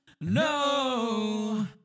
no